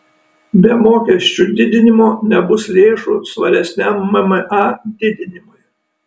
be mokesčių didinimo nebus lėšų svaresniam mma didinimui